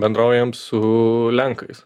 bendraujam su lenkais